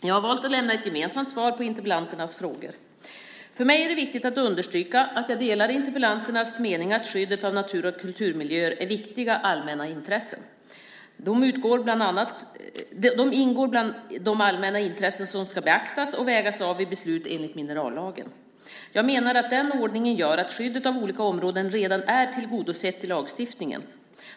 Jag har valt att lämna ett gemensamt svar på interpellanternas frågor. För mig är det viktigt att understryka att jag delar interpellanternas mening att skyddet av natur och kulturmiljöer är viktiga allmänna intressen. De ingår bland de allmänna intressen som ska beaktas och vägas av vid beslut enligt minerallagen. Jag menar att den ordningen gör att skyddet av olika områden redan är tillgodosett i lagstiftningen.